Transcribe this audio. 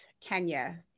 kenya